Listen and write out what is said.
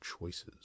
choices